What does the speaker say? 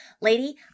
Lady